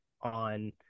on